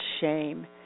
shame